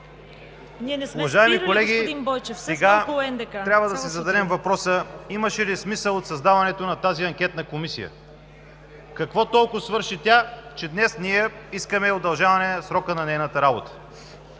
Уважаеми колеги, сега трябва да си зададем въпроса: имаше ли смисъл от създаването на тази Анкетна комисия? Какво толкова свърши тя, че днес ние искаме удължаване срока на нейната работа?